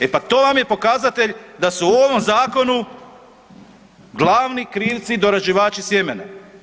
E pa to vam je pokazatelj da su u ovom zakonu glavni krivci dorađivači sjemena.